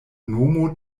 nomo